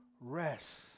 rest